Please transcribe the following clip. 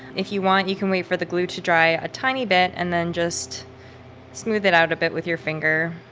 if you want, you can wait for the glue to dry a tiny bit, and then just smooth it out a bit with your finger.